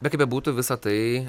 bet kaip bebūtų visa tai